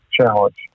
challenge